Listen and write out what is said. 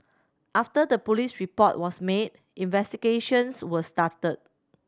after the police report was made investigations were started